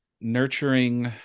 nurturing